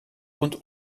und